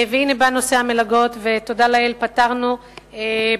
והנה בא נושא המלגות, ותודה לאל פתרנו בעיה